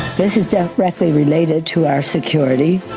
this is down rattly related to our security.